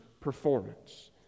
performance